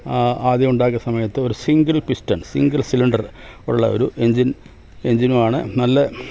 ആദ്യം ഉണ്ടാക്കിയ സമയത്ത് ഒരു സിംഗിൾ പിസ്റ്റൻ സിംഗിൾ സിലിണ്ടർ ഉള്ള ഒരു എൻജിൻ എൻജിനുമാണ് നല്ല